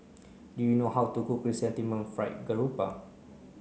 do you know how to cook Chrysanthemum Fried Garoupa